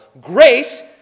Grace